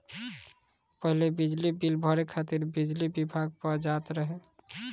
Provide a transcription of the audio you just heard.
पहिले बिजली बिल भरे खातिर बिजली विभाग पअ जात रहे